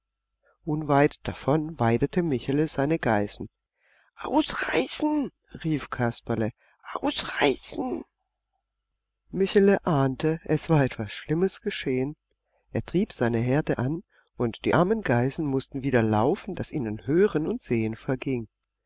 unweit davon weidete michele seine geißen ausreißen rief kasperle ausreißen michele ahnte es war etwas schlimmes geschehen er trieb seine herde an und die armen geißen mußten wieder laufen daß ihnen hören und sehen verging